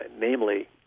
Namely